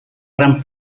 gran